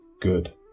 good